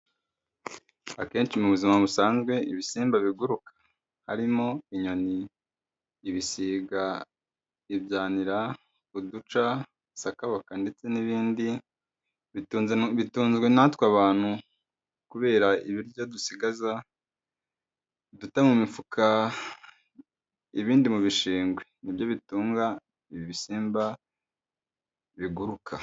Akenshi mu buzima busanzwe, ibisimba biguruka harimo inyoni, ibisiga, ibyanira, uduca, sakabaka ndetse n'ibindi, bitunzwe natwe abantu kubera ibiryo dusigaza duta mu mifuka ibindi mu bishingwe, ni byo bitunga ibi bisimba biguruka.